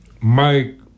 Mike